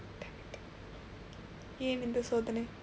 damn it ஏன் இந்த சோதனை:een indtha soothanai